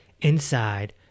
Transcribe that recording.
inside